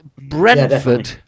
Brentford